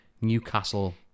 Newcastle